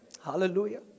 Hallelujah